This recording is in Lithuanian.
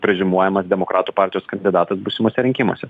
preziumuojamas demokratų partijos kandidatas būsimuose rinkimuose